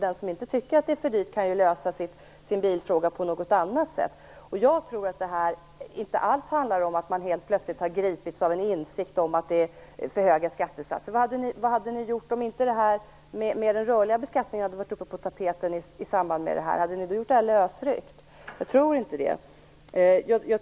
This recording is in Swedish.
Den som tycker att det är för dyrt att ha förmånsbil kan lösa sin bilfråga på något annat sätt. Jag tror att detta inte alls handlar om att man plötsligt har gripits av en insikt om att skattesatserna är för höga. Vad hade ni gjort om inte detta med rörliga beskattningen hade varit uppe på tapeten i samband med det här? Hade ni då genomfört sänkningen lösryckt? Jag tror inte det.